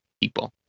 people